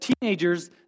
teenagers